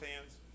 fans